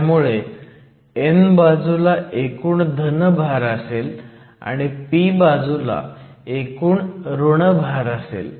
त्यामुळे n बाजूला एकूण धन भार असेल आणि p बाजूला एकूण ऋण भार असेल